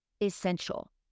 essential